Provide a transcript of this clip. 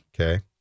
Okay